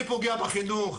אני פוגע בחינוך,